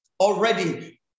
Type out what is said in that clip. already